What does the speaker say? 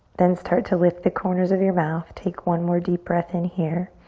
then start to lift the corners of your mouth. take one more deep breath in here.